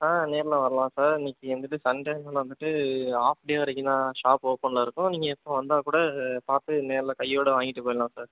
ஆ நேரில் வரலாம் சார் இன்றைக்கு வந்துட்டு சண்டே அதனால் வந்துட்டு ஆஃப் டே வரைக்கும் தான் ஷாப் ஓப்பனில் இருக்கும் நீங்கள் இப்போது வந்தால்க்கூட பார்த்து நேரில் கையோடு வாங்கிகிட்டு போயிடலாம் சார்